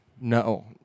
No